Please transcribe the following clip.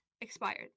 expired